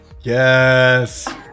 Yes